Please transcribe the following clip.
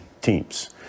teams